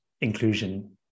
inclusion